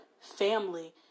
family